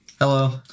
Hello